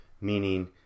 meaning